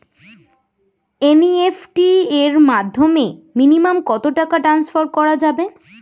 NEFT এর মাধ্যমে minimum কত টাকা টান্সফার করা যাবে?